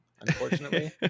unfortunately